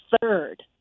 third